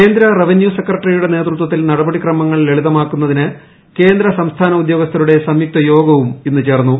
കേന്ദ്ര റവന്യൂ സെക്രട്ടറിയുടെ നേതൃത്വത്തിൽ നടപടി ക്രമങ്ങൾ ലളിതമാക്കുന്നതിന് കേന്ദ്ര സംസ്യാന ഉദ്യോഗസ്ഥരുടെ സംയുക്ത യോഗവും ഇന്ന് ചേർന്നു